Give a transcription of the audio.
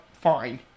fine